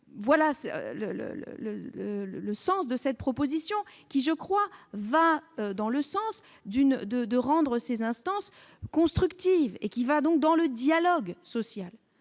le le le. Sens de cette proposition, qui je crois va dans le sens d'une de de rendre ces instances constructive et qui va donc dans le dialogue social,